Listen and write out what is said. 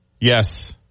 Yes